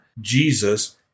Jesus